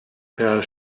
herr